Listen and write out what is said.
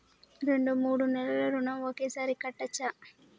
రెండు మూడు నెలల ఋణం ఒకేసారి కట్టచ్చా?